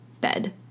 bed